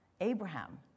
Abraham